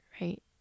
right